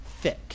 thick